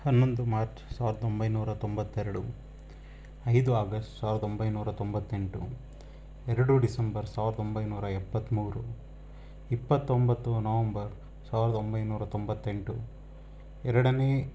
ಹನ್ನೊಂದು ಮಾರ್ಚ್ ಸಾವಿರದ ಒಂಬೈನೂರ ತೊಂಬತ್ತೆರಡು ಐದು ಆಗಸ್ಟ್ ಸಾವಿರದ ಒಂಬೈನೂರ ತೊಂಬತ್ತೆಂಟು ಎರಡು ಡಿಸೆಂಬರ್ ಸಾವಿರದ ಒಂಬೈನೂರ ಎಪ್ಪತ್ಮೂರು ಇಪ್ಪತೊಂಬತ್ತು ನವಂಬರ್ ಸಾವಿರದ ಒಂಬೈನೂರ ತೊಂಬತ್ತೆಂಟು ಎರಡನೇ